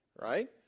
Right